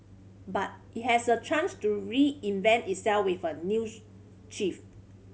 but it has a chance to reinvent itself with a new chief